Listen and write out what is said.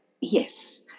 Yes